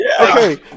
Okay